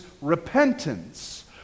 repentance